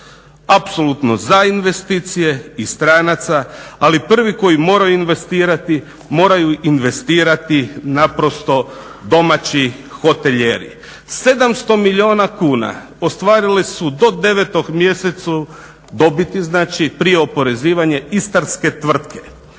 Apsolutno za investicije i stranaca ali prvi koji moraju investirati, moraju investirati naprosto domaći hotelijeri. 700 milijuna kuna ostvarili su do devetog mjeseca dobiti znači, pri oporezivanju Istarske tvrtke,